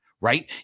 right